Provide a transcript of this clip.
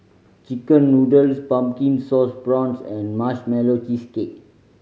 chicken noodles Pumpkin Sauce Prawns and Marshmallow Cheesecake